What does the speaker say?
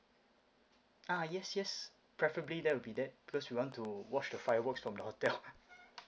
ah yes yes preferably that'll be that because we want to watch the fireworks from the hotel